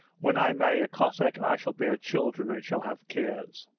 when i marry a cossack i shall bear children and shall have cares.